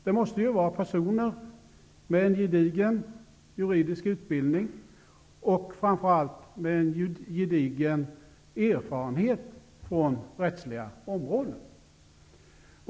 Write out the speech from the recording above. Det måste ju vara personer med en gedigen juridisk utbildning och med framför allt en gedigen erfarenhet från rättsliga områden.